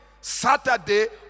Saturday